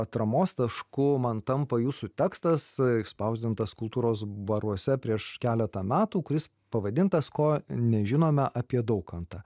atramos tašku man tampa jūsų tekstas išspausdintas kultūros baruose prieš keletą metų kuris pavadintas ko nežinome apie daukantą